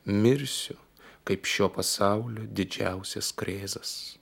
mirsiu kaip šio pasaulio didžiausias krėzas